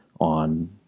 on